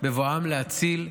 בבואם להציל חיילים,